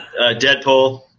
Deadpool